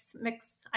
mix